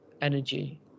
energy